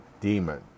demon